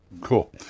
Cool